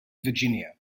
virginia